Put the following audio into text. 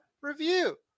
review